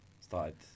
Started